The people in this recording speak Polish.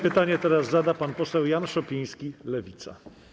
Pytanie zada pan poseł Jan Szopiński, Lewica.